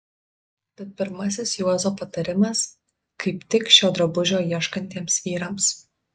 tad pirmasis juozo patarimas kaip tik šio drabužio ieškantiems vyrams